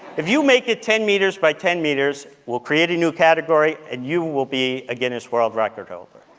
if you make it ten meters by ten meters, we'll create a new category, and you will be a guinness world record holder.